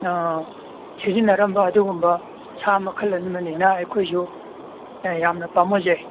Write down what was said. ꯁꯤꯖꯤꯟꯅꯔꯝꯕ ꯑꯗꯨꯒꯨꯝꯕ ꯁꯥ ꯃꯈꯜ ꯑꯗꯨꯅꯅꯤꯅ ꯑꯩꯈꯣꯏꯁꯨ ꯌꯥꯝꯅ ꯄꯥꯝꯃꯨꯖꯩ